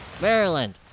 Maryland